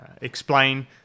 explain